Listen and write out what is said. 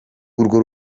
urwo